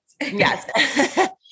Yes